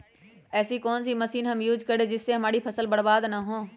ऐसी कौन सी मशीन हम यूज करें जिससे हमारी फसल बर्बाद ना हो?